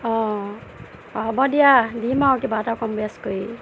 অঁ হ'ব দিয়া দিম আৰু কিবা এটা কম বেচ কৰি